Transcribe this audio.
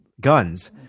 guns